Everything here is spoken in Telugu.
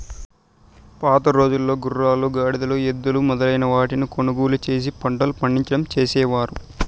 పాతరోజుల్లో గుర్రాలు, గాడిదలు, ఎద్దులు మొదలైన వాటిని కొనుగోలు చేసి పంటలు పండించడం చేసేవారు